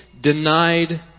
denied